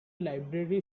library